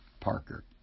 Parker